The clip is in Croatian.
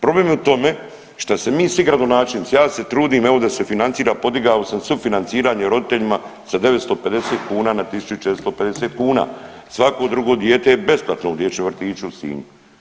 Problem je u tome što se mi svi gradonačelnici ja se trudim evo da se financira podigao sam sufinanciranje roditeljima sa 950 kuna na 1.450 kuna, svako drugo dijete je besplatno u dječjem vrtiću u Sinju.